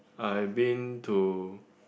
I been to